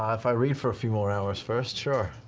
um if i read for a few more hours first, sure.